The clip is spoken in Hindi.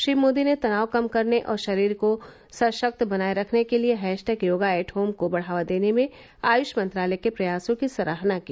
श्री मोदी ने तनाव कम करने और शरीर को सशक्त बनाये रखने के लिए हैशटैग योगा एट होम को बढ़ावा देने में आयुष मंत्रालय के प्रयासों की सराहना की